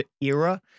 era